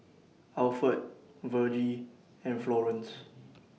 Alford Vergie and Florence